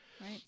right